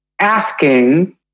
asking